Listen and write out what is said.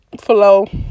flow